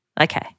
okay